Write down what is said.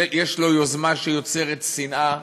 יש לו יוזמה שיוצרת שנאה,